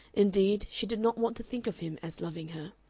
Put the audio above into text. indeed, she did not want to think of him as loving her.